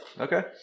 Okay